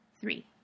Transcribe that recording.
three